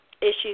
issues